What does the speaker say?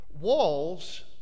Walls